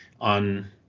on